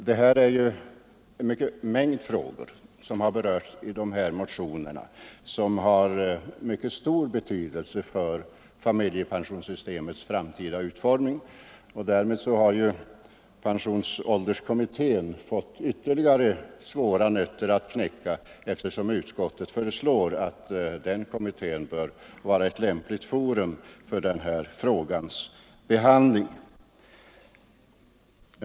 I de väckta — motionerna har berörts en mängd frågor av stor betydelse för familjepen Allmän egenpensionssystemets framtida utformning, och därmed har pensionsålderskomsion m.m. mittén fått ännu fler svåra nötter att knäcka. Utskottet säger ju att den kommittén bör vara ett lämpligt forum för denna frågas behandling.